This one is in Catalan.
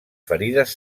ferides